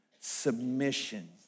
submission